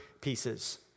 pieces